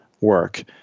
work